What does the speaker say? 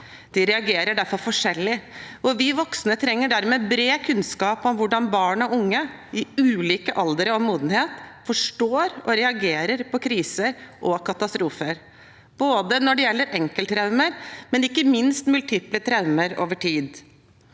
De reagerer derfor forskjellig. Vi voksne trenger dermed bred kunnskap om hvordan barn og unge i ulike aldre og med ulik modenhet forstår og reagerer på kriser og katastrofer, både når det gjelder enkelttraumer og ikke minst multiple traumer over tid.